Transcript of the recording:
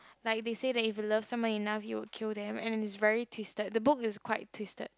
like they said that if you love somebody enough you will kill them and is very twisted the book is quite twisted